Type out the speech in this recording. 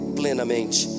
plenamente